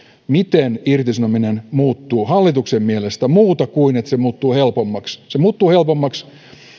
miten irtisanominen muuttuu hallituksen mielestä muuta kuin niin että se muuttuu helpommaksi se muuttuu helpommaksi